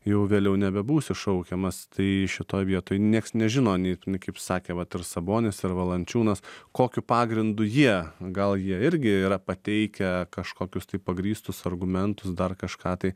jau vėliau nebebūsi šaukiamas tai šitoj vietoj nieks nežino nei kaip sakė vat ir sabonis ir valančiūnas kokiu pagrindu jie gal jie irgi yra pateikę kažkokius tai pagrįstus argumentus dar kažką tai